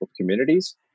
communities